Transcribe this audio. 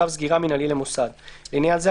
צו סגירה מינהלי למוסד); לעניין זה,